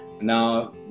Now